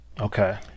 Okay